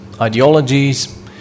ideologies